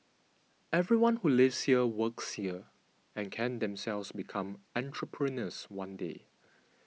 everyone who lives here works here and can themselves become entrepreneurs one day